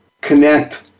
connect